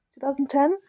2010